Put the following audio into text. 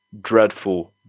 dreadful